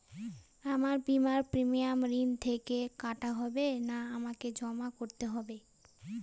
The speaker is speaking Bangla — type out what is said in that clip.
আমার বিমার প্রিমিয়াম ঋণ থেকে কাটা হবে না আমাকে জমা করতে হবে?